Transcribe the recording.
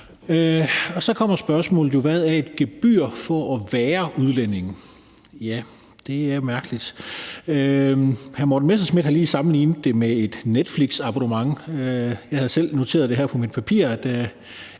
Så kommer spørgsmålet jo: Hvad er et gebyr for at være udlænding? Ja, det er mærkeligt. Hr. Morten Messerschmidt har lige sammenlignet det med et netflixabonnement. Jeg har selv noteret her på mit papir,